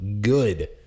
good